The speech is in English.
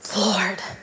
Lord